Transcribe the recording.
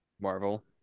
marvel